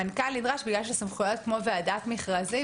המנכ"ל נדרש מכיוון שסמכויות כמו ועדת מכרזים